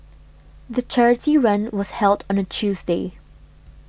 the charity run was held on a Tuesday